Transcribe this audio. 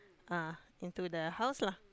uh into the house lah